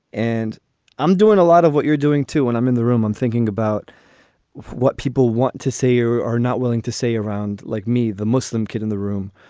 and i'm doing a lot of what you're doing to when i'm in the room, i'm thinking about what people want to see or are not willing to say around. like me, the muslim kid in the room.